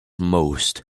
most